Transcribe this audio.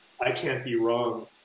I-can't-be-wrong